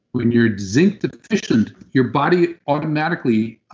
when you're zinc deficient, your body automatically